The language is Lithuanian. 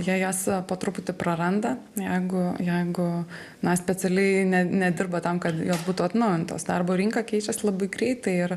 jie jas po truputį praranda jeigu jeigu na specialiai ne nedirba tam kad būtų atnaujintos darbo rinka keičiasi labai greitai ir